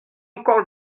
encore